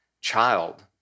child